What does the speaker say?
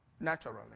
naturally